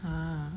!huh!